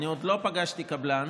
אני עוד לא פגשתי קבלן